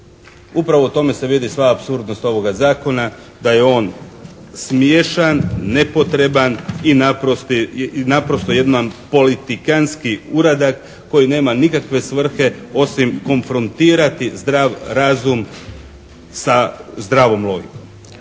Upravo u tome se vidi sva apsurdnost ovoga zakona, da je on smiješan, nepotreban i naprosto jedan politikantski uradak koji nema nikakve svrhe osim konfrontirati zdrav razum sa zdravom logikom.